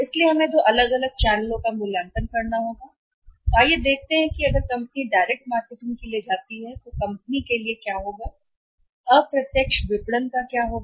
इसलिए हमें दो अलग अलग चैनलों का मूल्यांकन करना होगा और आइए देखते हैं कि अगर कंपनी डायरेक्ट मार्केटिंग के लिए जाती है तो कंपनी के लिए क्या होगा अप्रत्यक्ष विपणन क्या होगा